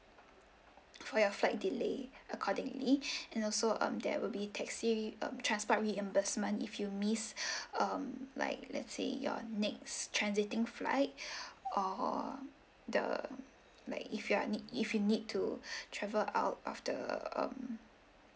for your flight delay accordingly and also um there will be taxi um transport reimbursement if you miss um like let say your next transiting flight or the like if you are need if you need to travel out after um